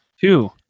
Two